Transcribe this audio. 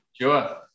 Sure